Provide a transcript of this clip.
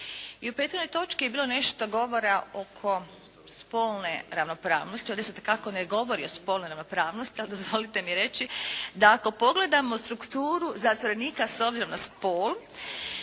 I u prethodnoj točki je bilo nešto govora oko spolne ravnopravnosti. Ovdje se dakako ne govori o spolnoj ravnopravnosti, ali dozvolite mi reći da ako pogledamo strukturu zatvorenika s obzirom na spol,